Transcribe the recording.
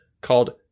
called